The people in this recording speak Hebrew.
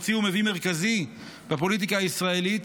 למוציא ומביא מרכזי בפוליטיקה הישראלית,